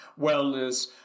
wellness